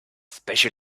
special